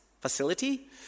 facility